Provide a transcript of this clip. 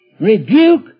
rebuke